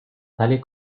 tales